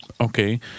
Okay